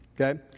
okay